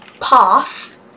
path